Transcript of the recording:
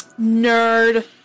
Nerd